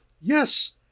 Yes